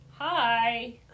hi